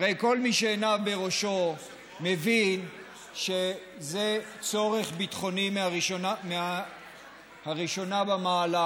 הרי כל מי שעיניו בראשו מבין שזה צורך ביטחוני ראשון במעלה,